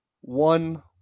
one